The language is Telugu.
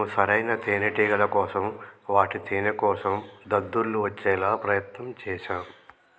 మేము సరైన తేనేటిగల కోసం వాటి తేనేకోసం దద్దుర్లు వచ్చేలా ప్రయత్నం చేశాం